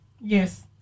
Yes